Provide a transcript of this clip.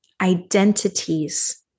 identities